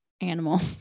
animal